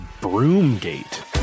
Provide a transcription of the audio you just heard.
Broomgate